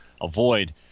avoid